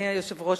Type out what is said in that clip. אדוני היושב-ראש,